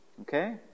Okay